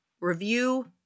review